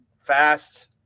fast